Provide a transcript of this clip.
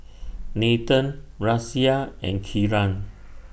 Nathan Razia and Kiran